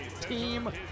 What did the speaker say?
team